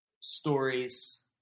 stories